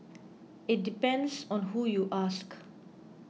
it depends on who you ask